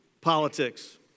Politics